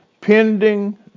Pending